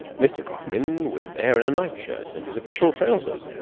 mr. coppin was there in a nightshirt and his official trousers.